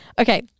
Okay